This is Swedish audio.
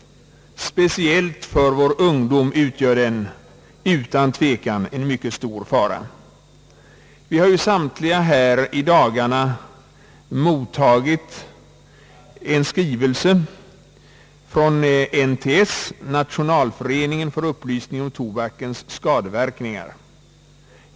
Speciellt för vår ungdom utgör den utan tvekan en mycket stor fara. Samtliga här i riksdagen har ju i dagarna mottagit en skrivelse från NTS, Nationalföreningen för upplysning om tobakens skadeverkningar.